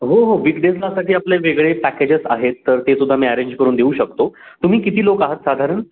हो हो विग डेजलासाठी आपले वेगळे पॅकेजेस आहेत तर ते सुद्धा मी अरेंज करून देऊ शकतो तुम्ही किती लोक आहात साधारण